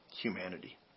humanity